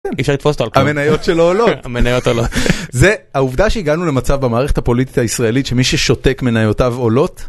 המניות שלו עולות. המניות עולות. זה העובדה שהגענו למצב במערכת הפוליטית הישראלית שמי ששותק מניותיו עולות.